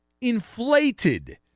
inflated